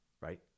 Right